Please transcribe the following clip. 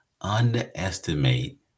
underestimate